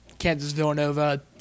Kansas-Villanova